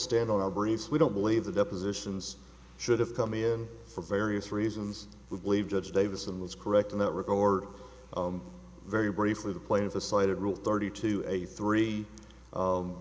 stand on our briefs we don't believe the depositions should have come in for various reasons we believe judge davis and was correct in that record very briefly the plaintiff has cited rule thirty two eighty three